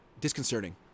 Disconcerting